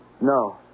No